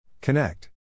Connect